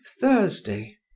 Thursday